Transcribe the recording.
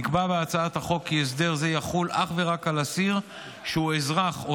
נקבע בהצעת החוק כי הסדר זה יחול אך ורק על אסיר שהוא אזרח או